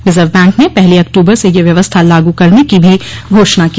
reserve bank ने पहली अक्टूबर से यह व्यवस्था लागू करने की भी घोषणा की